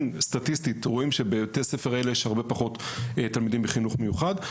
הם סטטיסטית רואים שבבתי הספר האלה שיש הרבה פחות תלמידים בחינוך מיוחד.